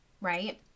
right